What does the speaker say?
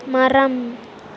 மரம்